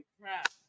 crap